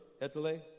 Italy